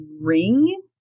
ring